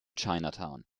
chinatown